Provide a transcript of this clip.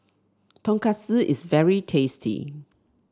tonkatsu is very tasty